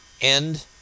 End